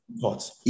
thoughts